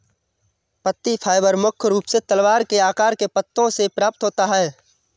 पत्ती फाइबर मुख्य रूप से तलवार के आकार के पत्तों से प्राप्त होता है